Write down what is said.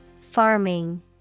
Farming